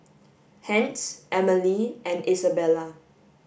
hence Emily and Isabela